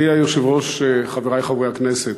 אדוני היושב-ראש, חברי חברי הכנסת,